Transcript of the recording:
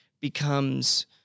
becomes